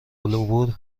العبور